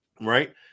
Right